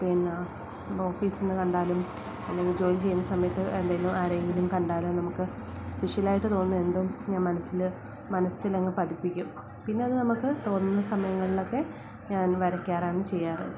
പിന്നാ ഓഫീസില്നിന്നു കണ്ടാലും അല്ലെങ്കില് ജോലി ചെയ്യുന്ന സമയത്ത് എന്തേലും ആരെങ്കിലും കണ്ടാലും നമുക്ക് സ്പെഷ്യലായിട്ട് തോന്നുന്ന എന്തും ഞാൻ മനസ്സില് മനസ്സിലങ്ങു പതിപ്പിക്കും പിന്നെയതു നമുക്കു തോന്നുന്ന സമയങ്ങളിലൊക്കെ ഞാൻ വരയ്ക്കാറാണു ചെയ്യാറ്